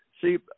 See